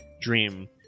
dream